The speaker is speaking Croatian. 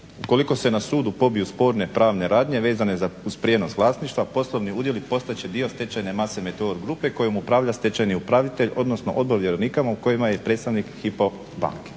Ukoliko se na sudu pobiju sporne pravne radnje vezane uz prijenos vlasništva poslovni udjeli postat će dio stečajne mase Meteor grupe kojom upravlja stečajni upravitelj odnosno odbor vjerovnika u kojima je predstavnik HYPO banke",